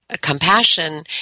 compassion